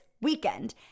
weekend